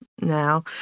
now